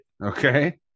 Okay